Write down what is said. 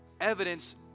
evidence